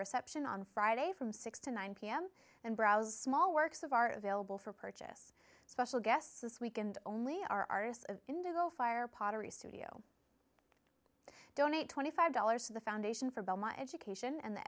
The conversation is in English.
reception on friday from six to nine pm and browse small works of art available for purchase special guests this weekend only our artists indigo fire pottery studio donate twenty five dollars to the foundation for belmont education and the